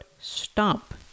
Stomp